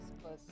plus